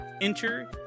enter